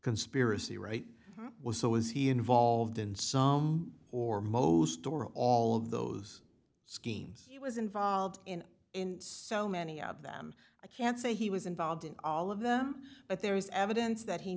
conspiracy right well so is he involved in some or most or all of those schemes he was involved in so many of them i can't say he was involved in all of them but there is evidence that he